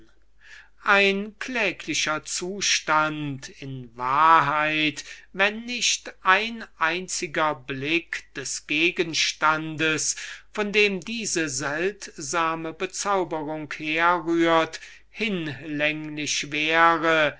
ein kläglicher zustand in wahrheit wenn nicht ein einziger blick des gegenstands von dem diese seltsame bezauberung herrührt hinlänglich wäre